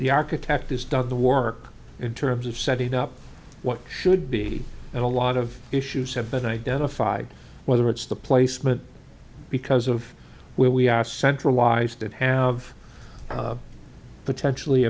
the architect is done the work in terms of setting up what should be a lot of issues have been identified whether it's the placement because of where we are centralized that have potentially